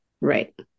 Right